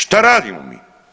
Šta radimo mi?